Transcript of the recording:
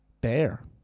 Bear